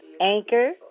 Anchor